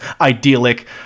idyllic